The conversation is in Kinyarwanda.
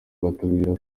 batubwira